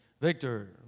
Victor